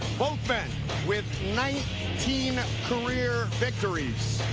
both men with nineteen career both